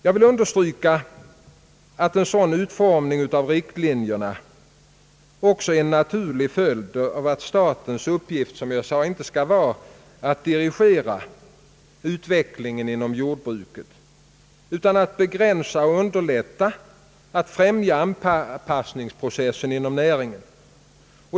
Jag vill understryka, att en sådan utformning av riktlinjerna också är en naturlig följd av att statens uppgift, som jag sade, inte skall vara att dirigera utvecklingen inom jordbruket, utan att begränsa och underlätta och främja anpassningsprocessen inom näringen.